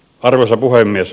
arvoisa puhemies